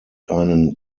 einen